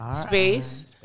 Space